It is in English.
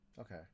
Okay